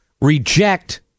reject